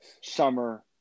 summer